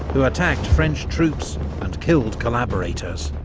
who attacked french troops and killed collaborators.